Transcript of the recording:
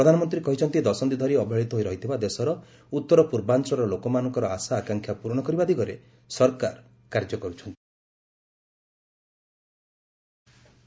ପ୍ରଧାନମନ୍ତ୍ରୀ କହିଛନ୍ତି ଦଶନ୍ଧି ଧରି ଅବହେଳିତ ହୋଇ ରହିଥିବା ଦେଶର ଉତ୍ତରପୂର୍ବାଞ୍ଚଳର ଲୋକମାନଙ୍କର ଆଶା ଆକାଂକ୍ଷା ପ୍ରରଣ କରିବା ଦିଗରେ ସରକାର କାର୍ଯ୍ୟ କର୍ତ୍ତି